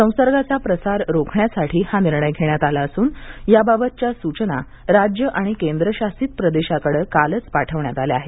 संसर्गाचा प्रसार रोखण्यासाठी हा निर्णय घेण्यात आला असून याबाबतच्या सूचना राज्य आणि केंद्रशासित प्रदेशांकडं कालच पाठवण्यात आल्या आहेत